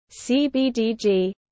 CBDG